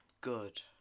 good